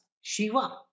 Shiva